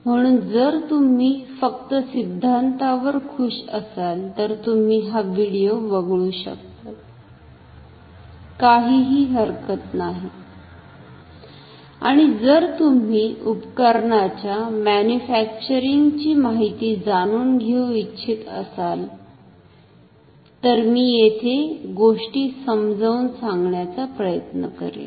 म्हणून जर तुम्ही फक्त सिद्धांतावर खुश असाल तर तुम्ही हा व्हिडिओ वगळू शकतात काहीही हरकत नाही आणि जर तुम्ही उपकरणाच्या मॅनुफॅक्टअरिंग ची माहिती जाणून घेऊ इच्छित असाल तर मी येथे गोष्टी समजावून सांगण्याचा प्रयत्न करेन